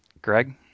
Greg